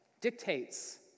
dictates